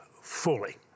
fully